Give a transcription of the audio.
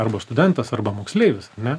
arba studentas arba moksleivis ar ne